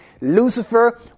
Lucifer